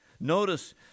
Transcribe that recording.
Notice